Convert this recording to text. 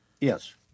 Yes